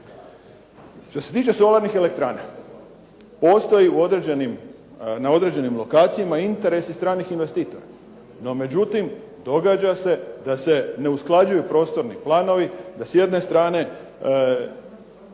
Što se tiče solarnih elektrana, postoji na određenim lokacijama interesi stranih investitora. No međutim, događa se da se ne usklađuju prostorni planovi, da s jedne strane